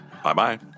Bye-bye